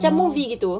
oh